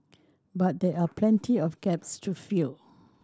but there are plenty of gaps to fill